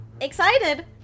Excited